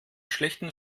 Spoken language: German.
schlechten